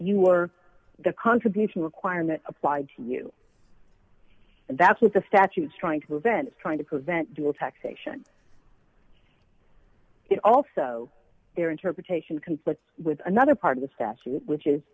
you were the contribution requirement applied to you that's what the statutes trying to prevent trying to prevent dual taxation it also their interpretation conflicts with another part of the statute which is